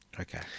Okay